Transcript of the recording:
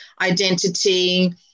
identity